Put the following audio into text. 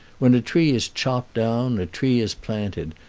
when a tree is chopped down a tree is planted,